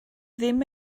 ddim